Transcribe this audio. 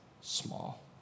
small